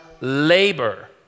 labor